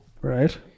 right